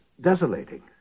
desolating